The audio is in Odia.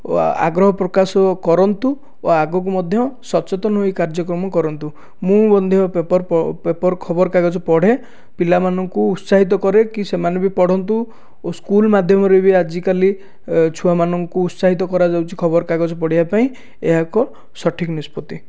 ଓ ଆ ଆଗ୍ରହ ପ୍ରକାଶ କରନ୍ତୁ ଓ ଆଗକୁ ମଧ୍ୟ ସଚେତନ ହୋଇ କାର୍ଯ୍ୟକ୍ରମ କରନ୍ତୁ ମୁଁ ମଧ୍ୟ ପେପର ପେପର ଖବର କାଗଜ ପଢ଼େ ପିଲାମାନଙ୍କୁ ଉତ୍ସାହିତ କରେ କି ସେମାନେ ବି ପଢନ୍ତୁ ଓ ସ୍କୁଲ ମାଧ୍ୟମରେ ବି ଆଜି କାଲି ଏ ଛୁଆ ମାନଙ୍କୁ ଉତ୍ସାହିତ କରାଯାଉଛି ଖବର କାଗଜ ପଢିବା ପାଇଁ ଏହା ଏକ ସଠିକ୍ ନିଷ୍ପତି